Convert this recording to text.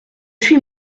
suis